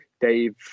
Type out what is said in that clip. Dave